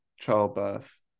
childbirth